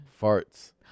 farts